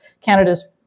Canada's